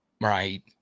right